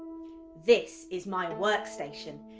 this is my workstation.